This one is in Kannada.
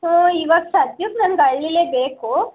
ಸೊ ಇವಾಗ ಸದ್ಯಕ್ಕೆ ನನಗೆ ಹಳ್ಳೀಲೇ ಬೇಕು